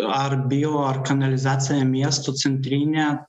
ar bijo ar kanalizacija miesto centrinė